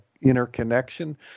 interconnection